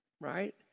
Right